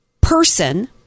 person